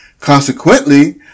Consequently